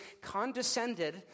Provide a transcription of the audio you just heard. condescended